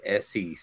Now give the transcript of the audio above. SEC